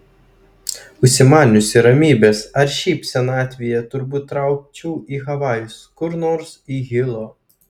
užsimaniusi ramybės ar šiaip senatvėje turbūt traukčiau į havajus kur nors į hilo